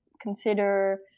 consider